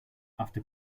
after